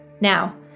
Now